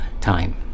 time